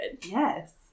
Yes